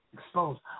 exposed